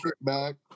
back